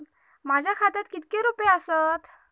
माझ्या खात्यात कितके रुपये आसत?